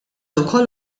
ukoll